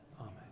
Amen